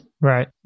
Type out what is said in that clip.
Right